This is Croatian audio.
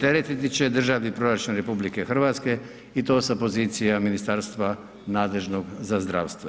teretiti će državni proračun RH i to sa pozicije ministarstva nadležnog za zdravstvo.